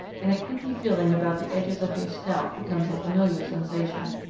and a creepy feeling about the edges of your scalp becomes a familiar sensation.